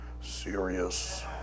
serious